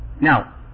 Now